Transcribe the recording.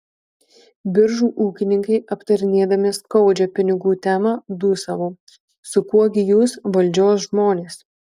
biržų ūkininkai aptarinėdami skaudžią pinigų temą dūsavo su kuo gi jūs valdžios žmonės